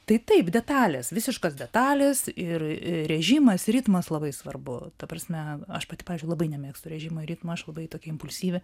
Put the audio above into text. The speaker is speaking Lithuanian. tai taip detalės visiškos detalės ir režimas ritmas labai svarbu ta prasme aš pati pavyzdžiui labai nemėgstu režimo ritmo aš labai tokia impulsyvi